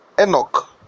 Enoch